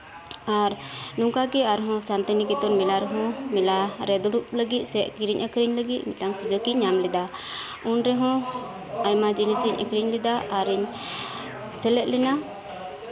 ᱟᱨ ᱱᱚᱝᱠᱟᱜᱮ ᱟᱨᱦᱚᱸ ᱥᱟᱱᱛᱤᱱᱤᱠᱮᱛᱚᱱ ᱢᱮᱞᱟ ᱨᱮᱦᱚᱸ ᱢᱮᱞᱟᱨᱮ ᱫᱩᱲᱩᱵᱽ ᱞᱟᱹᱜᱤᱫ ᱥᱮ ᱠᱤᱨᱤᱧ ᱟᱹᱠᱷᱨᱤᱧ ᱞᱟᱹᱜᱤᱫ ᱢᱤᱫᱴᱟᱱ ᱥᱩᱡᱳᱜ ᱤᱧ ᱧᱟᱢ ᱞᱮᱫᱟ ᱩᱱ ᱨᱮᱦᱚᱸ ᱟᱭᱢᱟ ᱡᱤᱱᱤᱥ ᱤᱧ ᱟᱹᱠᱷᱨᱤᱧ ᱞᱮᱫᱟ ᱟᱨᱤᱧ ᱥᱮᱞᱮᱫ ᱞᱮᱱᱟ